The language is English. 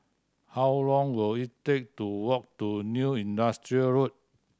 how long will it take to walk to New Industrial Road